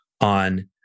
on